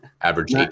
Average